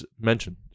mentioned